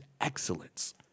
excellence